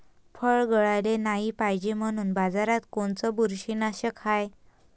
फळं गळाले नाही पायजे म्हनून बाजारात कोनचं बुरशीनाशक हाय?